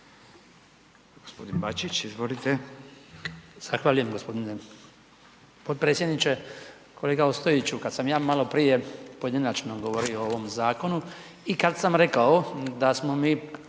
Gospodin Bačić, izvolite.